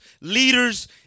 leaders